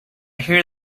hear